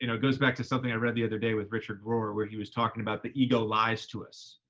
you know goes back to something i read the other day with richard rohr, where he was talking about the ego lies to us.